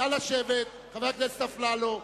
נא לשבת, חבר הכנסת אפללו.